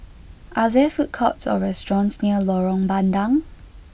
are there food courts or restaurants near Lorong Bandang